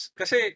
kasi